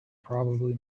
probably